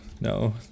no